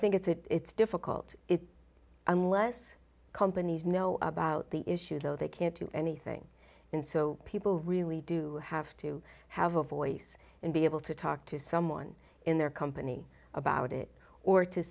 think it's difficult it unless companies know about the issue though they can't do anything and so people really do have to have a voice and be able to talk to someone in their company about it or to